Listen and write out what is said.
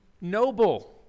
noble